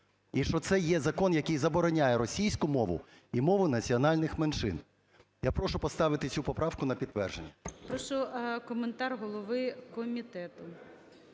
і що це є закон, який забороняє російську мову і мову національних меншин. Я прошу поставити цю поправку на підтвердження.